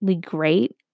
great